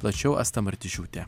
tačiau asta martišiūtė